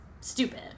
stupid